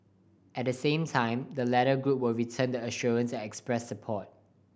at the same time the latter group would return the assurance and express support